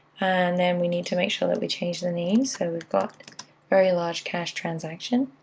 and then we need to make sure that we change the name, so we've got very large cash transaction.